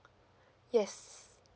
yes